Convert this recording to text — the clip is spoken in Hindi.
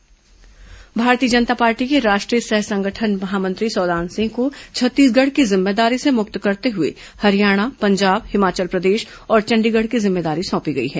सौदान सिंह नई जिम्मेदारी भारतीय जनता पार्टी के राष्ट्रीय सह संगठन महामंत्री सौदान सिंह को छत्तीसगढ़ की जिम्मेदारी से मुक्त करते हुए हरियाणा पंजाब हिमाचल प्रदेश और चंडीगढ़ की जिम्मेदारी सौंपी गई है